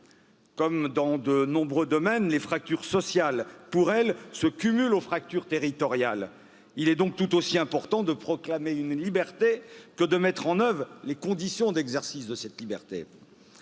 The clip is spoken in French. Comme dans de nombreux domaines, les fractures sociales, pour elles, se cumulent aux fractures territoriales est donc tout aussi important de proclamer une liberté que de mettre en œuvre les conditions d'exercice de cette liberté.